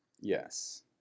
Yes